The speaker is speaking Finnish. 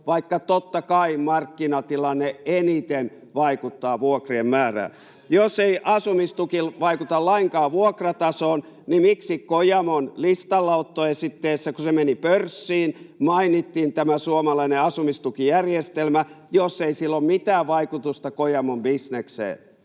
vaikka totta kai markkinatilanne eniten vaikuttaa vuokrien määrään. Jos ei asumistuki vaikuta lainkaan vuokratasoon, niin miksi Kojamon listalleottoesitteessä, kun se meni pörssiin, mainittiin tämä suomalainen asumistukijärjestelmä, jos ei sillä ole mitään vaikutusta Kojamon bisnekseen?